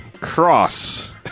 Cross